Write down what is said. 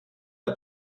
der